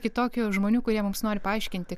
kitokių žmonių kurie mums nori paaiškinti